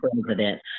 president